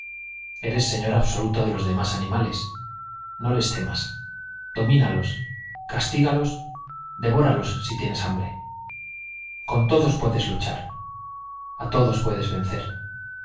eres señor absoluto de los demás animales no les temas domínalos castígalos devóralos si tienes hambre con todos puedes luchar á tdos puedes vencer